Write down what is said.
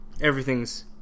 everything's